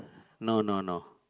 no no no